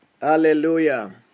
Hallelujah